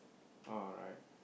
alright